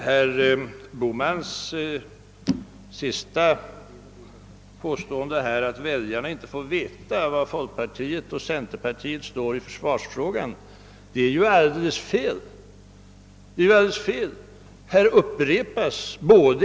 Herr talman! Herr Bohmans påstående att väljarna inte får veta var folkpartiet och centerpartiet står i försvarsfrågan är alldeles felaktigt.